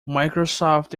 microsoft